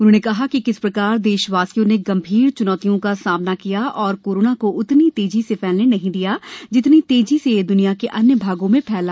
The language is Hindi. उन्होंने कहा कि किस प्रकार देशवासियों ने गंभीर च्नौतियों का सामना किया और कोरोना को उतनी तेजी से फैलने नहीं दिया जितनी तेजी से यह द्वनिया के अन्य भागों में फैला